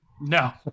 No